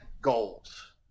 goals